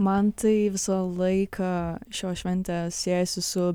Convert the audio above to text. man tai visą laiką šios šventės siejasi su